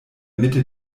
mitte